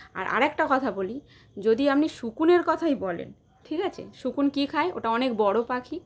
আর আরেকটাও কথা বলি যদি আপনি শকুনের কথাই বলেন ঠিক আছে শকুন কী খায় ওটা অনেক বড় পাখি